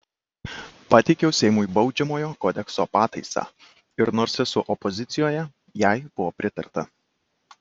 pateikiau seimui baudžiamojo kodekso pataisą ir nors esu opozicijoje jai buvo pritarta